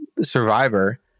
Survivor